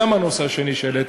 גם הנושא השני שהעלית